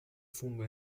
fungo